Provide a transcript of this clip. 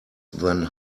than